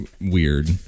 Weird